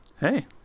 hey